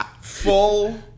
Full